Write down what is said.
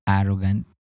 arrogant